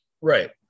Right